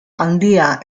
handia